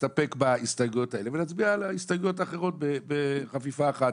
להסתפק בהסתייגויות האלה ולהצביע על ההסתייגויות האחרות בחפיפה אחת.